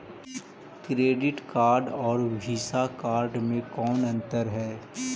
Credit card और visa card मे कौन अन्तर है?